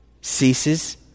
ceases